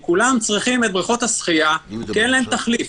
עובדי ניקיון שלא יעשו הסבה להייטק - יקבלו את האפשרות להתפרנס בכבוד.